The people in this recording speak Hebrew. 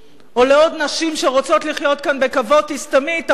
או לעוד נשים שרוצות לחיו כאן בכבוד: תסתמי את הפה,